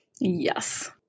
Yes